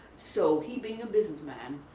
so he being a businessman,